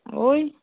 ওই